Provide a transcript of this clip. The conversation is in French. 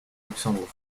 luxembourg